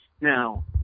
Now